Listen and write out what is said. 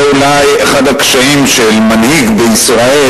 זה אולי אחד הקשיים של מנהיג בישראל